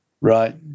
Right